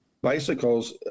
Bicycles